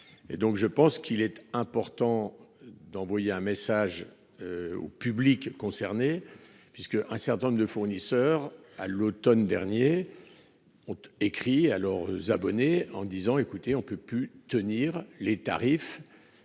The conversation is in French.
je pense qu'il est important d'envoyer un message. Au public concerné puisque un certain nombre de fournisseurs à l'Automne dernier. Honte écrit alors abonné en disant écoutez, on ne peut plus tenir les tarifs.